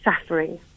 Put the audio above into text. suffering